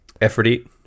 efforty